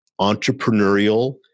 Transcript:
entrepreneurial